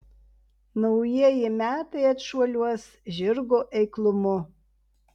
naujieji metai atšuoliuos žirgo eiklumu